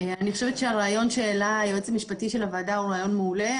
אני חושבת שהרעיון שהעלה היועץ המשפטי של הוועדה הוא רעיון מעולה,